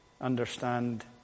understand